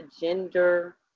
gender